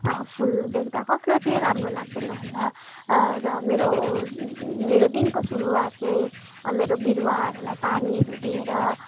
फुल देख्दा कसलाई चाहिँ राम्रो लाग्दैन होला र मेरो मेरो दिनको सुरुवात नै मेरो बिरुवाहरूलाई पानीहरू दिएर